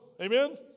Amen